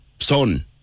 son